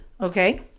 okay